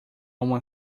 uma